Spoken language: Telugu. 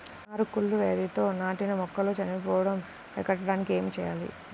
నారు కుళ్ళు వ్యాధితో నాటిన మొక్కలు చనిపోవడం అరికట్టడానికి ఏమి చేయాలి?